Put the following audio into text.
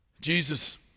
Jesus